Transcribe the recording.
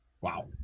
Wow